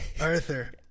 Arthur